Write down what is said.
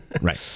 right